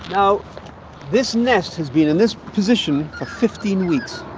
so this nest has been in this position for fifteen weeks.